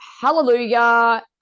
hallelujah